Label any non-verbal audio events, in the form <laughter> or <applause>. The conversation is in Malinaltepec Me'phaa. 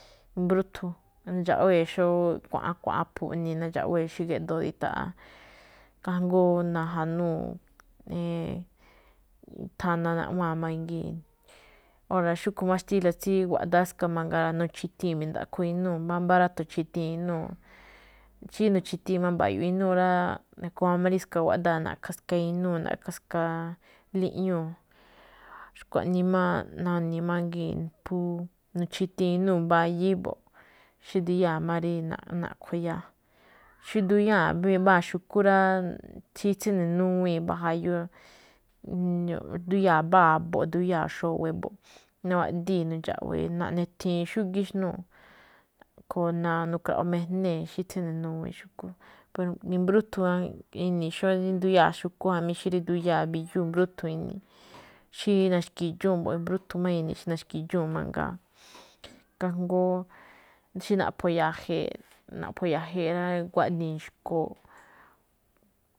Mbrúthun nandxaꞌwée̱ xó kua̱ꞌa̱n, kua̱ꞌa̱n, aphuu̱ iꞌnii̱ rí nandxaꞌwée̱ xí giꞌdoo̱ ndita̱ꞌa̱, kajngó najanúu̱, <hesitation> thana naꞌwa̱a̱n mangii̱n. Óra̱ xúꞌkhe̱n máꞌ xtíla̱ tsí guaꞌdáá ska mangaa, nu̱chi̱thii̱n mi̱ndaꞌkho inúu̱ mbámbá ráto̱ nuchi̱thii̱n inúu̱. Xí nu̱chi̱thii̱n mba̱yo̱ꞌ inúu̱ rá, nakujmaa máꞌ rí ska guaꞌdaa̱, na̱ꞌkha̱ ska inúu̱, na̱ꞌkha̱ líꞌñúu̱, xkuaꞌnii máꞌ, nuni̱i̱ mangii̱n phú nu̱chi̱thii̱n inúu̱ mbayíí mbo̱ꞌ, xí ndiyáa̱ máꞌ rí naꞌkho̱, naꞌkho̱ iyáa̱. Xí nduyáa̱ mbáa xu̱kú rá, <hesitation> tsí tsíne̱ nuwii̱n mbá jayu, <hesitation> nduyáa̱ mbáa a̱bo̱ꞌ, nduyáa̱ mbáa xo̱we̱ mbo̱ꞌ, nawaꞌdíi̱n nu̱ndxa̱ꞌwe̱e̱, naꞌne thiin xúgíí xnúu̱. A̱ꞌkhue̱n nu̱rka̱ꞌo mijnée̱ xí tsíne nuwii̱n xu̱kú, i̱mbrúthun ini̱i̱ xó nduyáa̱ xu̱kú jamí xí nduyáa̱ mbi̱yú, <noise> i̱mbrúthun ini̱i̱. Xí naxki̱dxúu̱n i̱mbrúthun máꞌ ini̱i̱, xí na̱xki̱dxúu̱n mangaa. Kajngó xí naꞌpho̱ ya̱je̱e̱, naꞌpho̱ ya̱je̱e̱ rá, guaꞌdii̱n xkoo̱ꞌ.